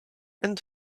and